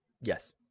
Yes